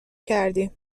کردیم